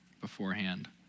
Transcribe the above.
beforehand